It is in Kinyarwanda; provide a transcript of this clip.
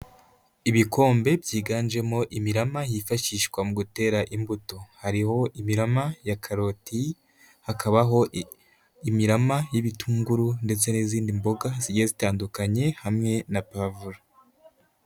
Ibikombe byiganjemo imirama yihitakishwa mu gutera imbuto, hariho imirama ya karoti, hakabaho imirama y'ibitunguru ndetse n'izindi mboga zigiye zitandukanye hamwe na pavuro.